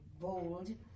bold